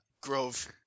Grove